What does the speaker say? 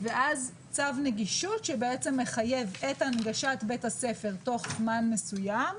ואז צו נגישות שבעצם מחייב את הנגשת בית הספר תוך זמן מסוים.